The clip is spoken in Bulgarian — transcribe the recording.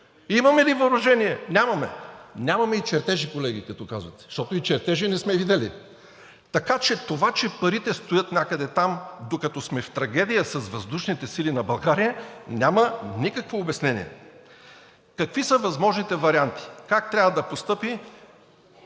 Имаме ли въоръжение? Нямаме. Нямаме и чертежи, колеги, както казвате, защото и чертежи не сме видели. Така че това, че парите стоят някъде там, докато сме в трагедия с Въздушните сили на България, няма никакво обяснение. Какви са възможните варианти? Как трябва да постъпят